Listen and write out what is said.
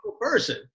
person